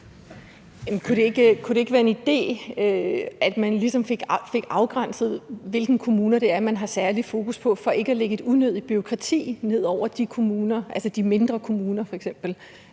Kunne det ikke være en idé, at man ligesom fik afgrænset, hvilke kommuner det er man har særlig fokus på, for ikke at lægge et unødigt bureaukrati ned over f.eks. de mindre kommuner,